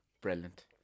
brilliant